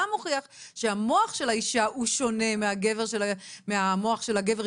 מוכיח שהמוח של האישה הוא שונה מהמוח של הגבר,